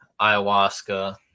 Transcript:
ayahuasca